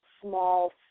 small